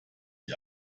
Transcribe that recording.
ich